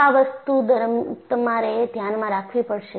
આ વસ્તુ તમારે ધ્યાનમાં રાખવી પડશે